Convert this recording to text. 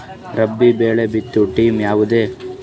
ರಾಬಿ ಬೆಳಿ ಬಿತ್ತೋ ಟೈಮ್ ಯಾವದ್ರಿ?